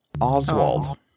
Oswald